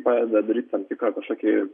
padeda daryti tam tikrą kažkokį